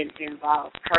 involved